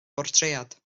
bortread